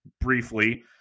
briefly